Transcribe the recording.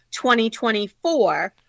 2024